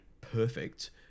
perfect